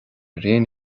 aon